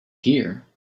here